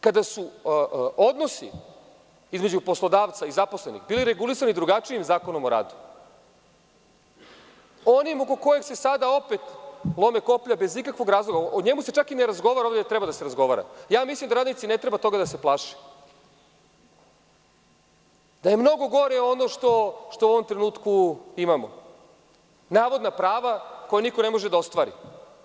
Kada su odnosi između poslodavca i zaposlenog bili regulisani drugačijim Zakonom o radu, onim oko kojeg se sada opet lome koplja bez ikakvog razloga, o njemu se čak i ne razgovara ovde gde treba da se razgovara, mislim da radnici ne treba toga da se plaše, da je mnogo gore ono što u ovom trenutku imamo, navodna prava koja niko ne može da ostvari.